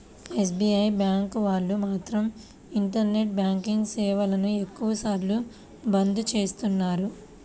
SBI bank వాళ్ళు మాత్రం internet banking సేవలను ఎక్కువ సార్లు బంద్ చేస్తున్నారు